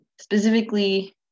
specifically